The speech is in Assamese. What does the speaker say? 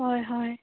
হয় হয়